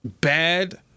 bad